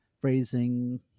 phrasing